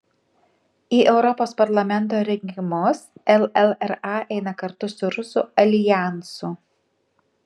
į europos parlamento rinkimus llra eina kartu su rusų aljansu